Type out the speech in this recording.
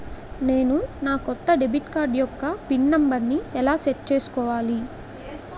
నేను నా కొత్త డెబిట్ కార్డ్ యెక్క పిన్ నెంబర్ని ఎలా సెట్ చేసుకోవాలి?